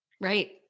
Right